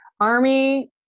Army